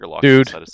Dude